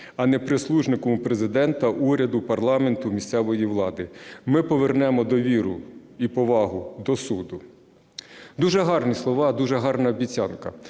а не прислужником у Президента, уряду, парламенту, місцевої влади. Ми повернемо довіру і повагу до суду". Дуже гарні слова, дуже гарна обіцянка.